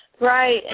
right